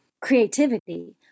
creativity